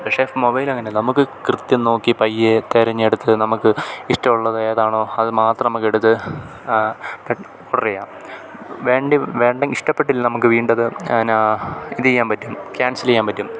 പക്ഷേ മൊബൈലില് അങ്ങനെയല്ല നമുക്ക് കൃത്യം നോക്കി പയ്യെ തെരഞ്ഞെടുത്ത് നമുക്ക് ഇഷ്ടമുള്ളത് ഏതാണോ അതുമാത്രം നമുക്കെടുത്ത് ഓർഡര് ചെയ്യാം ഇഷ്ടപ്പെട്ടില്ലെങ്കില് നമുക്ക് വീണ്ടുമത് എന്താണ് ഇതു ചെയ്യാന് പറ്റും ക്യാൻസല് ചെയ്യാന് പറ്റും